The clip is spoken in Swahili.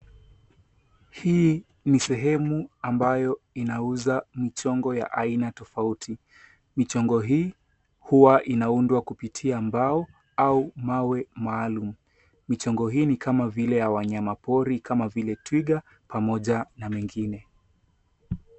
Hii ni sehemu ambayo inauza michongo ya aina tofauti. Michongo hii huwa inaundwa kupitia mbao au mawe maalum. michongo hii ni kama vile ya wanyama pori kama vile twiga pamoja na mengine.